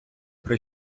при